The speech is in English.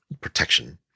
Protection